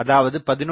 அதாவது 11